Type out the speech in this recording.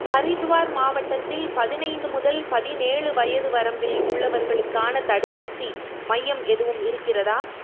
ஹரித்துவார் மாவட்டத்தில் பதினைந்து முதல் பதினேழு வயது வரம்பில் உள்ளவர்களுக்கான தடுப்பூசி மையம் எதுவும் இருக்கிறதா